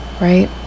Right